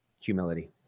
humility